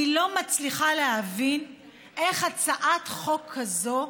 אני לא מצליחה להבין איך הצעת חוק כזאת,